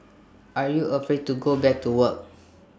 are you afraid to go back to work